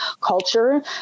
culture